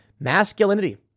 masculinity